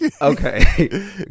Okay